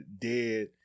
dead